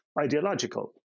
ideological